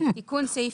סעיף